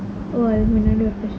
oh another question